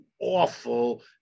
awful